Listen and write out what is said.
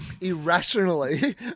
irrationally